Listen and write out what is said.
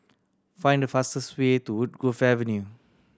find the fastest way to Woodgrove Avenue